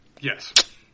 yes